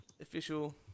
official